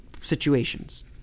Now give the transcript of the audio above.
situations